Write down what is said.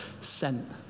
sent